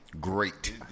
Great